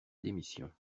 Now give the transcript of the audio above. démission